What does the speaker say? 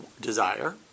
desire